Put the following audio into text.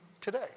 today